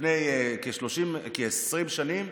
לפני כ-20 שנה,